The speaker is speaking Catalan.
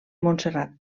montserrat